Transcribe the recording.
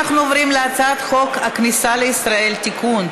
אנחנו עוברים להצעת חוק הכניסה לישראל (תיקון,